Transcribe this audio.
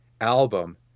album